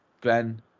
Glenn